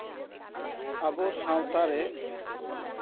ᱟᱵᱚ ᱥᱟᱶᱛᱟ ᱨᱮ